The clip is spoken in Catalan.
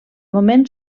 moment